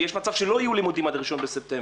יש מצב שלא יהיו לימודים עד הראשון בספטמבר.